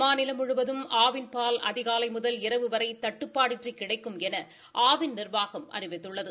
மாநிலம் முழுவதும் ஆவின் பால் அதிகாலை முதல் இரவு வரை தட்டுப்பாடின்றி கிடைக்கும் என ஆவின் நிர்வாகம் அறிவித்துள்ளது